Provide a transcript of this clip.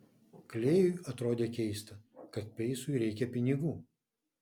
klėjui atrodė keista kad peisui reikia pinigų